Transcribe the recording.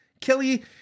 Kelly